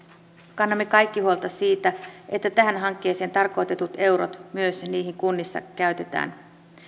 kannamme kaikki huolta siitä että tähän hankkeeseen tarkoitetut eurot myös siihen kunnissa käytetään